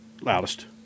Loudest